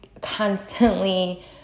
constantly